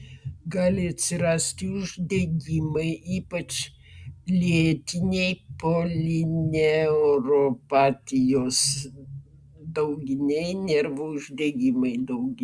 gali atsirasti uždegimai ypač lėtiniai polineuropatijos dauginiai nervų uždegimai